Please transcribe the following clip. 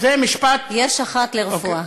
זה משפט, יש אחת לרפואה.